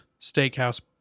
steakhouse